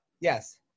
Yes